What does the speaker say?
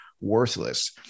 worthless